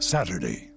Saturday